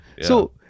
So-